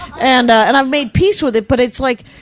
and, ah, and i've made peace with it, but it's like,